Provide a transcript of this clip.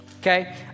Okay